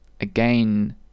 again